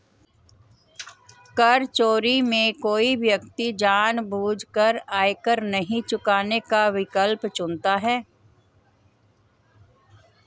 कर चोरी में कोई व्यक्ति जानबूझकर आयकर नहीं चुकाने का विकल्प चुनता है